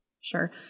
Sure